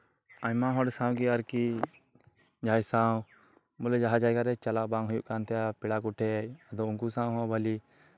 ᱟᱭᱢᱟᱦᱚᱲ ᱥᱟᱶᱜᱮ ᱟᱨᱠᱤ ᱡᱟᱦᱟᱸᱭ ᱥᱟᱶ ᱵᱚᱞᱮ ᱡᱟᱦᱟᱸ ᱡᱟᱭᱜᱟᱨᱮ ᱪᱟᱞᱟᱣ ᱵᱟᱝ ᱦᱩᱭᱩᱜ ᱠᱟᱱᱛᱟᱦᱮᱱᱟ ᱯᱮᱲᱟᱠᱚᱴᱷᱮᱱ ᱟᱫᱚ ᱩᱱᱠᱩᱥᱟᱶ ᱦᱚᱸ ᱵᱷᱟᱹᱞᱤ